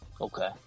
Okay